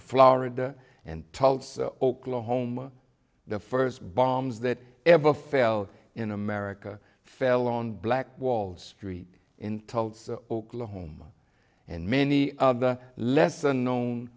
florida and tulsa oklahoma the first bombs that ever fell in america fell on black wall street in tulsa oklahoma and many other lesser known